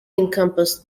encompassed